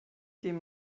dem